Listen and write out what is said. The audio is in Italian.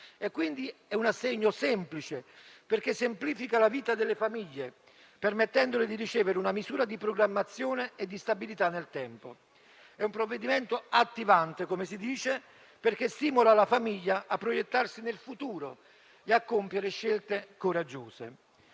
È quindi un assegno semplice, perché semplifica la vita delle famiglie, permettendo loro di ricevere una misura di programmazione e di stabilità nel tempo. È un provvedimento attivante - come si dice - perché stimola la famiglia a proiettarsi nel futuro e a compiere scelte coraggiose.